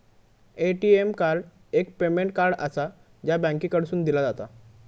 ATM card एक payment card आसा, जा बँकेकडसून दिला जाता